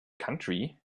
country